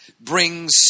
brings